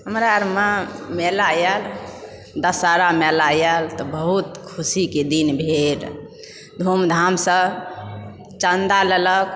हमरा आरमे मेला आएल दशहरा मेला आएल तऽबहुत खुशीके दिन भेल धूमधामसंँ चन्दा लेलक